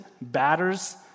batters